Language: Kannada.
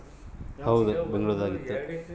ಮೊದ್ಲು ಮೈಸೂರು ಬಾಂಕ್ದು ಮೇನ್ ಆಫೀಸ್ ಬೆಂಗಳೂರು ದಾಗ ಇತ್ತು